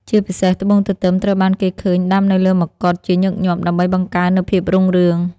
ជាពិសេស ត្បូងទទឹមត្រូវបានគេឃើញដាំនៅលើមកុដជាញឹកញាប់ដើម្បីបង្កើននូវភាពរុងរឿង។